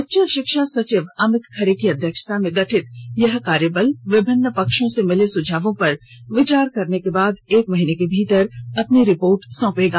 उच्च शिक्षा सचिव अमित खरे की अध्यक्षता में गठित यह कार्यबल विभिन्न पक्षों से मिले सुझावों पर विचार करने के बाद एक महीने के भीतर अपनी रिपोर्ट सौंपेगा